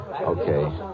Okay